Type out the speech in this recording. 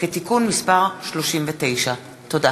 כתיקון מס' 39. תודה.